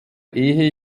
ehe